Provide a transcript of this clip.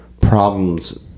problems